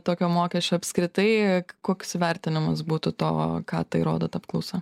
tokio mokesčio apskritai koks vertinimas būtų to ką tai rodo apklausa